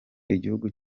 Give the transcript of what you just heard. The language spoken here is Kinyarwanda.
igihugu